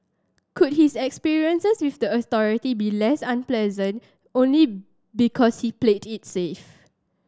could his experiences with the authoritiy be less unpleasant only because he's played it safe